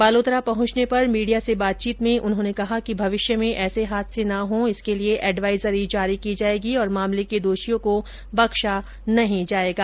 बालोतरा पहुंचने पर मीडिया से बातचीत में उन्होंने कहा कि भविष्य में ऐसे हादसे ना हो इसके लिये एडवाइजरी जारी की जायेगी और मामले के दोषियों को बख़्शा नहीं जायेगा